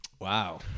Wow